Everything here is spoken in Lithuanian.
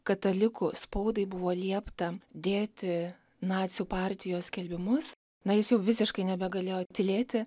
katalikų spaudai buvo liepta dėti nacių partijos skelbimus na jis jau visiškai nebegalėjo tylėti